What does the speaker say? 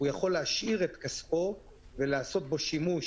הוא יכול להשאיר את כספו ולעשות בו שימוש